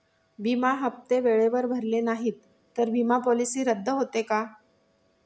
विमा हप्ते वेळेवर भरले नाहीत, तर विमा पॉलिसी रद्द होते का?